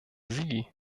sie